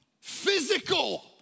physical